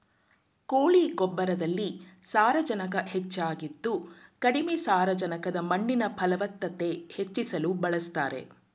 ಕೋಳಿ ಗೊಬ್ಬರದಲ್ಲಿ ಸಾರಜನಕ ಹೆಚ್ಚಾಗಿದ್ದು ಕಡಿಮೆ ಸಾರಜನಕದ ಮಣ್ಣಿನ ಫಲವತ್ತತೆ ಹೆಚ್ಚಿಸಲು ಬಳಸ್ತಾರೆ